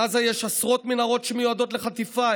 בעזה יש עשרות מנהרות שמיועדות לחטיפה,